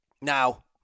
Now